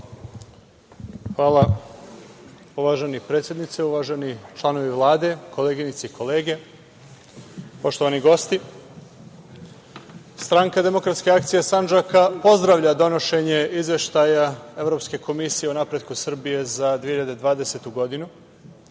Hvala, uvaženi predsedniče. Uvaženi članovi Vlade, koleginice i kolege, poštovani gosti, SDA Sandžaka pozdravlja donošenje izveštaja Evropske komisije o napretku Srbije za 2020. godinu. Kao